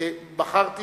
בחרתי